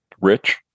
rich